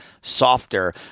softer